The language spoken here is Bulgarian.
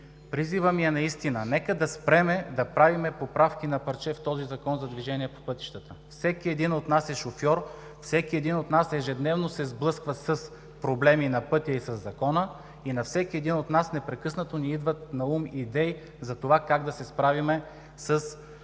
Призивът ми е: нека наистина да спрем да правим поправки на парче в Закона за движение по пътищата. Всеки един от нас е шофьор, всеки един от нас ежедневно се сблъсква с проблеми на пътя и със Закона, и на всеки един от нас непрекъснато ни идват идеи как да се справим с